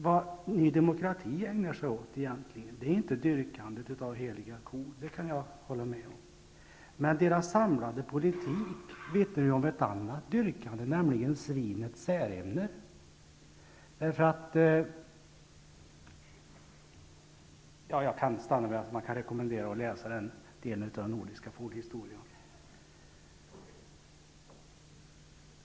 Vad Ny demokrati egentligen ägnar sig åt är inte dyrkandet av heliga kor -- det kan jag hålla med om. Dess samlade politik vittnar emellertid om ett annat dyrkande, nämligen svinet Särimner. Jag kan sluta här med att rekommendera läsning av den delen av vår nordiska fornhistoria.